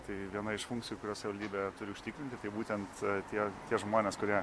tai viena iš funkcijų kurias savivaldybė turi užtikrinti tai būtent tie tie žmonės kurie